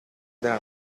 della